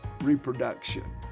reproduction